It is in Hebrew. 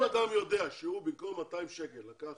אם אדם יודע שבמקום 200 שקלים הוא גבה